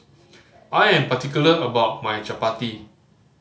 I am particular about my Chapati